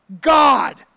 God